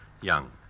young